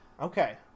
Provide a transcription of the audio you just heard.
Okay